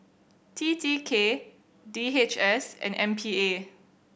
T T K D H S and M P A